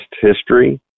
history